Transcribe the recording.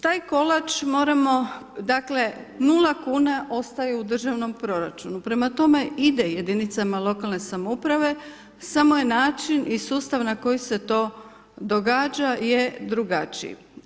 Taj kolač, moramo, dakle, 0 kn ostaje državnom proračunu, prema tome ide jedinicama lokalne samouprave samo je način i sustav na koji se to događa je drugačiji.